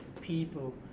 people